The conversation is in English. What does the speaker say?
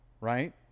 right